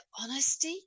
honesty